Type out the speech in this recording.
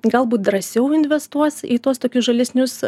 galbūt drąsiau investuos į tuos tokius žalesnius